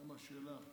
מה עם השאלה?